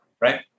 right